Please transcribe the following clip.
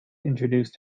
introduced